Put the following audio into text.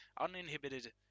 uninhibited